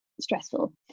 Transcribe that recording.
stressful